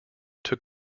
took